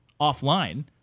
offline